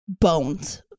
bones